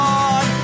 on